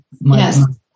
yes